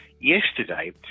yesterday